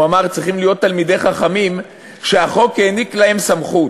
הוא אמר: צריכים להיות תלמידי חכמים שהחוק העניק להם סמכות.